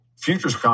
futures